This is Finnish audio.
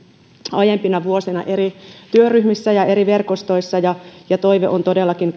aiempina vuosina eri työryhmissä ja eri verkostoissa ja ja toive on todellakin